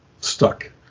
stuck